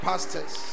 Pastors